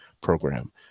program